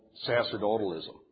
sacerdotalism